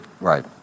Right